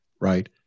right